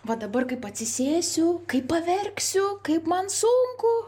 va dabar kaip atsisėsiu kaip paverksiu kaip man sunku